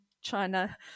China